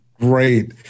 Great